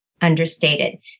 understated